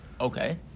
okay